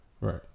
right